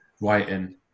writing